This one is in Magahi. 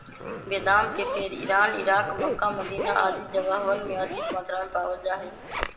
बेदाम के पेड़ इरान, इराक, मक्का, मदीना आदि जगहवन में अधिक मात्रा में पावल जा हई